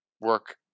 work